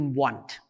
want